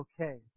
okay